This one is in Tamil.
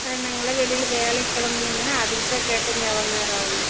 நாங்கெளெல்லாம் வெளியில் வேலைக்கு கிளம்பணுங்க அதுக்குதான் கேட்டேங்க எவ்வளோ நேரம் ஆகும்னு